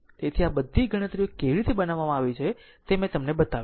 તેથી આ બધી ગણતરીઓ કેવી રીતે બનાવવામાં આવી છે તે મેં તમને બતાવ્યું